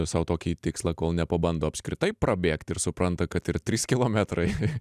sau tokį tikslą kol nepabando apskritai prabėgt ir supranta kad ir trys kilometrai